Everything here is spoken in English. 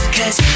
Cause